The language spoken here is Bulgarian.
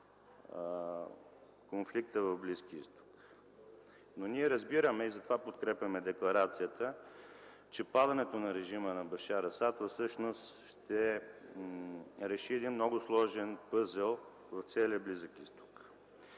конфликтът в Близкия Изток. Но ние разбираме и затова подкрепяме декларацията, че падането на режима на Башар Асад всъщност реши един много сложен пъзел в целия Близък Изток.